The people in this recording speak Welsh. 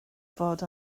fod